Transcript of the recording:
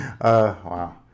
wow